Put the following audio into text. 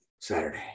Saturday